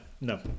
no